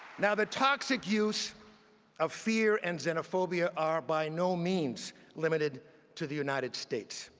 now, the toxic use of fear and xenophobia are by no means limited to the united states.